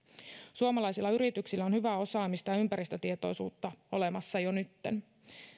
suomalaisilla yrityksillä on hyvää osaamista ja ympäristötietoisuutta olemassa jo nytten